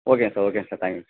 ஓகேங்க சார் ஓகேங்க sir thanks